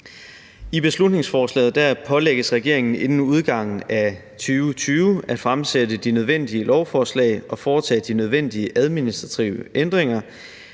I beslutningsforslaget pålægges regeringen inden udgangen af 2020 at fremsætte de nødvendige lovforslag og foretage de nødvendige administrative ændringer,